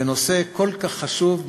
בנושא כל כך חשוב,